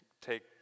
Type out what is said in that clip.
take